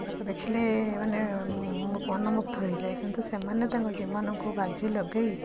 ତାକୁ ଦେଖିଲେ ମାନେ ମନମୁଗ୍ଧ ହେଇଯାଏ କିନ୍ତୁ ସେମାନେ ତାଙ୍କ ଜୀବନକୁ ବାଜି ଲଗେଇ